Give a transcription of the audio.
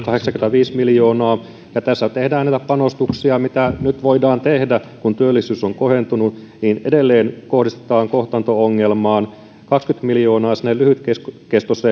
neljäsataakahdeksankymmentäviisi miljoonaa ja tässä tehdään näitä panostuksia mitä voidaan tehdä nyt kun työllisyys on kohentunut edelleen kohdistetaan kohtaanto ongelmaan kaksikymmentä miljoonaa lyhytkestoiseen